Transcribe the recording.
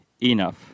enough